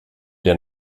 der